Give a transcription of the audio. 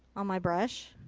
on my brush.